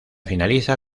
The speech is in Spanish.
finaliza